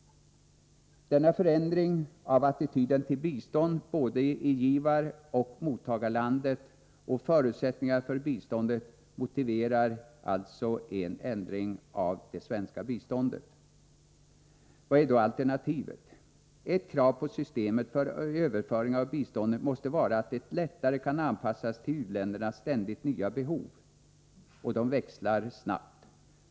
Denna förändring av attityden till bistånd — både i givaroch mottagarlandet — och förutsättningarna för biståndet motiverar alltså en ändring av det svenska biståndet. Vad är då alternativet? Ett krav på systemet för överföring av biståndet måste vara att det lättare kan anpassas till u-ländernas ständigt nya behov, och de växlar snabbt.